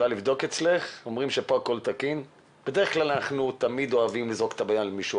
אם נירית לא מצליחה, אולי אני אשיב אם אני יודע.